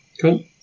Cool